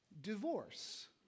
divorce